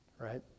right